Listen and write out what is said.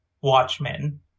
Watchmen